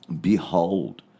Behold